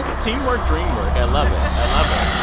at teamwork, dream work. i love it i love it.